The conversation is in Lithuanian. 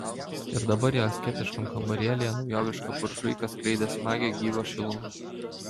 ir dabar jo asketiškam kambarėlyje naujoviška buržuika skleidė smagią gyvą šilumą